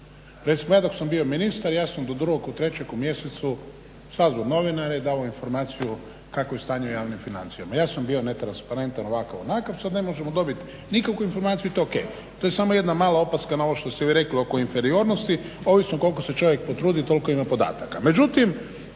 Recimo ja dok sam bio ministar ja sam do drugog ili trećeg u mjesecu sazvao novinare i dao informaciju kakvo je stanje u javnim financijama. Ja sam bio netransparentan, ovakav, onakav. Sad ne možemo dobiti nikakvu informaciju i to je ok. To je samo jedna mala opaska na ovo što ste vi rekli oko inferiornosti. Ovisno koliko se čovjek potrudi, toliko ima podataka.